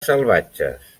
salvatges